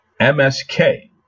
MSK